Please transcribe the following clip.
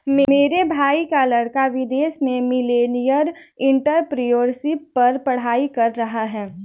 मेरे भाई का लड़का विदेश में मिलेनियल एंटरप्रेन्योरशिप पर पढ़ाई कर रहा है